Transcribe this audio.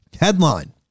Headline